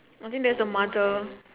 I think that's the mother